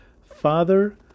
Father